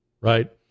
right